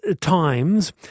times